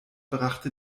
brachte